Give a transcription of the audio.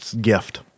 gift